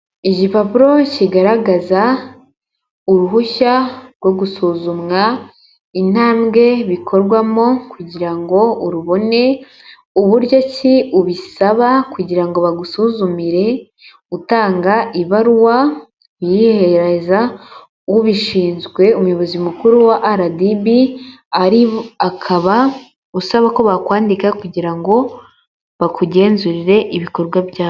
Igipapuro kigaragaza uruhushya rwo gusuzumwa, intambwe bikorwamo kugira ngo urubone, uburyo ki ubisaba kugira ngo bagusuzumire, utanga ibaruwa, uyihereza ubishinzwe umuyobozi mukuru wa RDB, akaba usaba ko bakwandika kugira ngo bakugenzurire ibikorwa byawe.